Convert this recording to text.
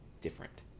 different